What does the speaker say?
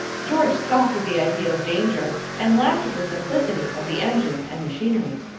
george scoffed at the idea of danger and laughed at the simplicity of the engine and machinery.